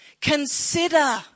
Consider